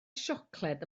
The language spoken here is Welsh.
siocled